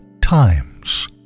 times